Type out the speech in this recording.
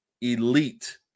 elite